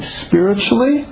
spiritually